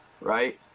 right